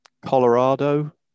Colorado